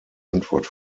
antwort